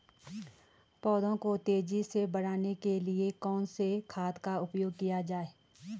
पौधों को तेजी से बढ़ाने के लिए कौन से खाद का उपयोग किया जाए?